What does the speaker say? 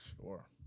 Sure